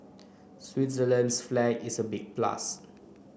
Switzerland's flag is a big plus